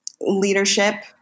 leadership